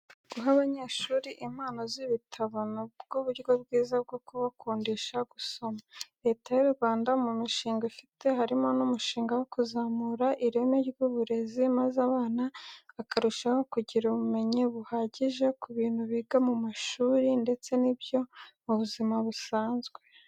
Guha abanyeshuri impano z'ibitabo ni bwo buryo bwiza bwo kubakundisha gusoma. Leta y'u Rwanda mu mishinga ifite, harimo n'umushinga wo kuzamura ireme ry'uburezi maze abana bakarushaho kugira ubumenyi buhagije ku bintu biga mu mashuri ndetse n'ibyo mu buzima busanzwe.